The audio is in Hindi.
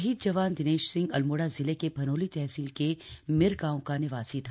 शहीद जवान दिनेश सिंह अल्मोड़ा जिले के भनोली तहसील के मिरगांव का निवासी था